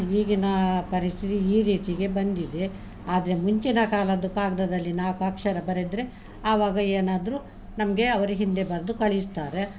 ಈಗಿನ ಪರಿಸ್ಥಿತಿ ಈ ರೀತಿಗೆ ಬಂದಿದೆ ಆದರೆ ಮುಂಚಿನ ಕಾಲದ್ದು ಕಾಗದದಲ್ಲಿ ನಾಲ್ಕು ಅಕ್ಷರ ಬರೆದರೆ ಆವಾಗ ಏನಾದರೂ ನಮಗೆ ಅವ್ರಿಗೆ ಹಿಂದೆ ಬರೆದು ಕಳಿಸ್ತಾರೆ